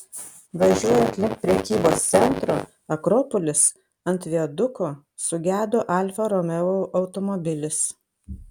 važiuojant link prekybos centro akropolis ant viaduko sugedo alfa romeo automobilis